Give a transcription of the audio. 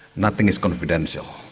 nothing is confidential.